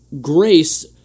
grace